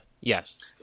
Yes